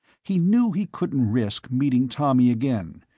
he knew he couldn't risk meeting tommy again,